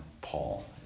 Paul